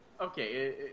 Okay